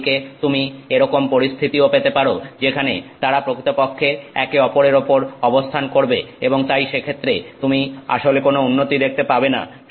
অন্যদিকে তুমি এরকম পরিস্থিতিও পেতে পারো যেখানে তারা প্রকৃতপক্ষে একে অপরের ওপর অবস্থান করবে এবং তাই সেক্ষেত্রে তুমি আসলে কোন উন্নতি দেখতে পাবে না